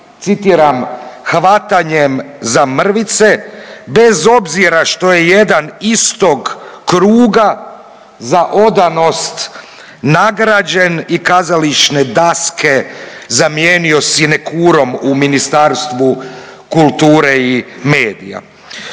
citiram, hvatanjem za mrvice bez obzira što je jedan iz tog kruga za odanost nagrađen i kazališne daske zamijenio sinekurom u Ministarstvu kulture i medija.